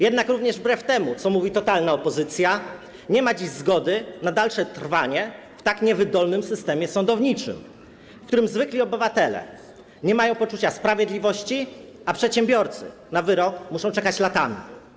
Jednak również wbrew temu, co mówi totalna opozycja, nie ma dziś zgody na dalsze trwanie w tak niewydolnym systemie sądowniczym, w którym zwykli obywatele nie mają poczucia sprawiedliwości, a przedsiębiorcy na wyrok muszą czekać latami.